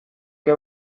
que